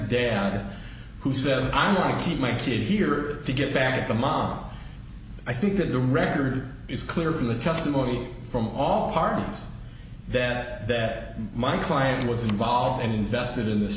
dad who says i'm going to keep my kid here to get back to mom i think that the record is clear from the testimony from all parties that that my client was involved and invested in this